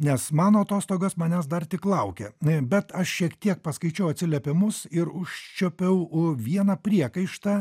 nes mano atostogos manęs dar tik laukia bet aš šiek tiek paskaičiau atsiliepimus ir užčiuopiau vieną priekaištą